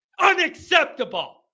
Unacceptable